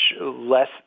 less